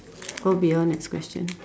go beyond next question